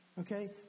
Okay